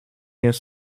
jest